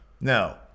no